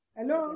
Hello